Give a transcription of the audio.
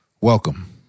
Welcome